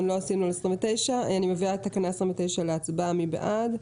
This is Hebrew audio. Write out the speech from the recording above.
29. מי בעד?